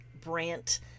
Brant